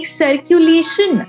circulation